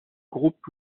groupe